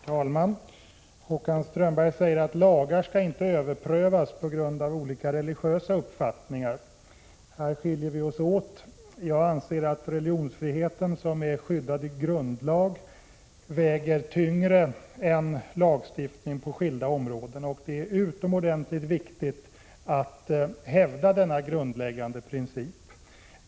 Herr talman! Håkan Strömberg säger att lagar inte skall överprövas på grund av olika religiösa uppfattningar. Här skiljer vi oss åt. Jag anser att religionsfriheten, som är skyddad i grundlag, väger tyngre än lagstiftning på skilda områden. Det är utomordentligt viktigt att hävda denna grundläggande princip.